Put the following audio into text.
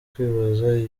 kwibaza